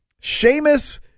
Sheamus